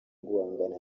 guhangana